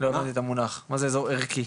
לא הבנתי את המונח, מה זה אזור ערכי?